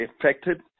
affected